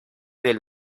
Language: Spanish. del